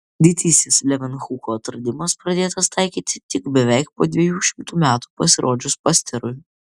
didysis levenhuko atradimas pradėtas taikyti tik beveik po dviejų šimtų metų pasirodžius pasterui